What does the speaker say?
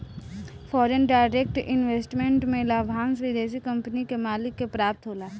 foreign direct investment में लाभांस विदेशी कंपनी के मालिक के प्राप्त होला